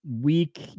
week